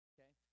Okay